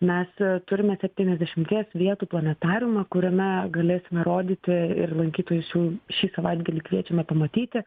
mes turime septyniasdešimties vietų planetariumą kuriame galėsime rodyti ir lankytojus jau šį savaitgalį kviečiame pamatyti